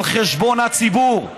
על חשבון הציבור,